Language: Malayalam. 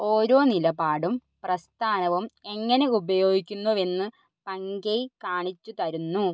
ഓരോ നിലപാടും പ്രസ്ഥാനവും എങ്ങനെ ഉപയോഗിക്കുന്നുവെന്ന് ബങ്കൈ കാണിച്ചുതരുന്നു